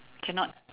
cannot